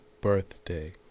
birthday